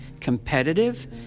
competitive